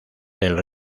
del